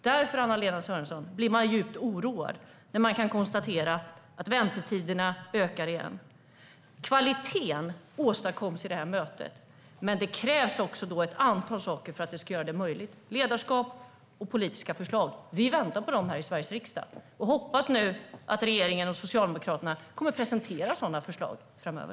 Därför blir man djupt oroad, Anna-Lena Sörenson, när man kan konstatera att väntetiderna ökar igen. Kvaliteten åstadkoms i detta möte. Men det krävs också ett antal saker för att man ska göra det möjligt - ledarskap och politiska förslag. Vi väntar på dem här i Sveriges riksdag och hoppas nu att regeringen och Socialdemokraterna kommer att presentera sådana förslag framöver.